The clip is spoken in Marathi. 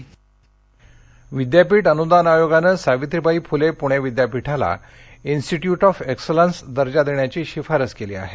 पूणे विद्यापीठ विद्यापीठ अनुदान आयोगानं सावित्रीबाई फुले पुणे विद्यापीठाला इन्स्टिट्युट ऑफ एक्सलन्स दर्जा देण्याची शिफारस केली आहे